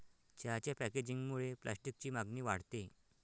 चहाच्या पॅकेजिंगमुळे प्लास्टिकची मागणी वाढते